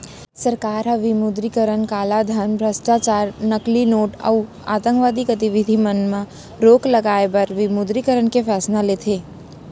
सरकार ह विमुद्रीकरन कालाधन, भस्टाचार, नकली नोट अउ आंतकवादी गतिबिधि मन म रोक लगाए बर विमुद्रीकरन के फैसला लेथे